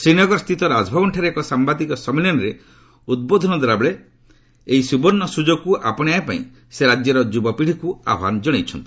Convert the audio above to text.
ଶ୍ରୀନଗର ସ୍ଥିତ ରାଜଭବନଠାରେ ଏକ ସାମ୍ବାଦିକ ସମ୍ମିଳନୀରେ ଉଦ୍ବୋଧନ ଦେଲା ବେଳେ ଏହି ସୁବର୍ଷ୍ଣ ସୁଯୋଗକୁ ଆପଶେଇବା ପାଇଁ ସେ ରାଜ୍ୟର ଯୁବପୀଢ଼ିକୁ ଆହ୍ୱାନ କରିଛନ୍ତି